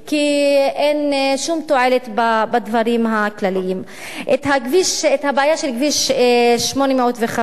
כי אין שום תועלת בדברים הכלליים: בבעיה של כביש 805,